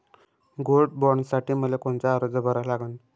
Gold बॉण्डसाठी मले कोनचा अर्ज भरा लागन?